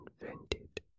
invented